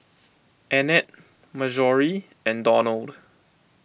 Annette Marjorie and Donald